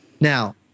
Now